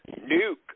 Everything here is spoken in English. nuke